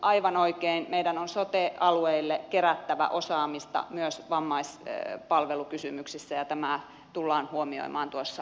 aivan oikein meidän on sote alueille kerättävä osaamista myös vammaispalvelukysymyksissä ja tämä tullaan huomioimaan laissa